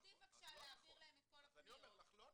אני אומר לך לא נכון.